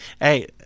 Hey